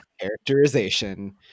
characterization